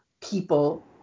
people